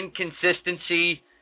inconsistency